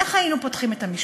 איך היינו פותחים את המשפט?